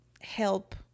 help